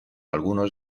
algunos